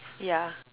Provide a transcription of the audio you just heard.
yeah